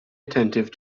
attentive